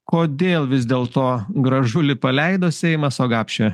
kodėl vis dėlto gražulį paleido seimas o gapšio